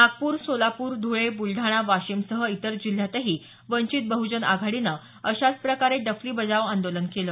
नागपूर सोलापूर धुळे बुलडाणा वाशिमसह इतर जिल्ह्यातही वंचित बहुजन आघाडीनं अशाच प्रकारे डफली बजाव आंदोलन केलं